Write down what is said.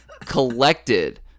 collected